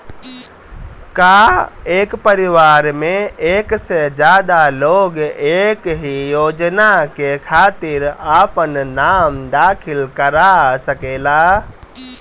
का एक परिवार में एक से ज्यादा लोग एक ही योजना के खातिर आपन नाम दाखिल करा सकेला?